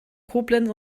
koblenz